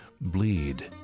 bleed